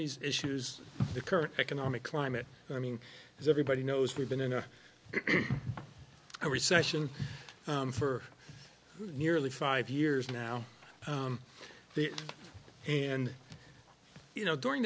these issues the current economic climate i mean as everybody knows we've been in a recession for nearly five years now and you know during